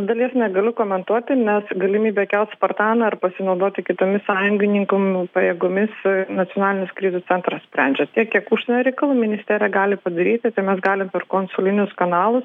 dalies negaliu komentuoti nes galimybė kelt spartaną ar pasinaudoti kitomis sąjungininkų pajėgomis nacionalinis krizių centras sprendžia tiek kiek užsienio reikalų ministerija gali padaryti tai mes galim per konsulinius kanalus